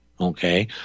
Okay